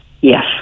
Yes